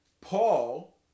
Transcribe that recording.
Paul